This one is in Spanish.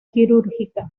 quirúrgica